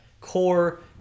core